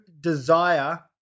desire